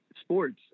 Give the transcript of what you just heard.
sports